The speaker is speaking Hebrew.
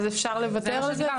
אז אפשר לוותר על זה?